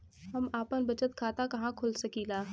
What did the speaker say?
हम आपन बचत खाता कहा खोल सकीला?